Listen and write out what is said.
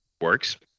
Works